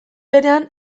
berean